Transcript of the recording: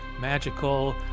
magical